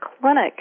clinic